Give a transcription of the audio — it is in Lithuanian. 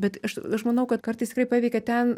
bet aš aš manau kad kartais tikrai paveikia ten